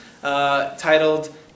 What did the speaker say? titled